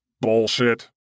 Bullshit